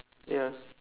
ya